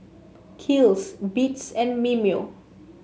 Kiehl's Beats and Mimeo